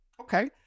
Okay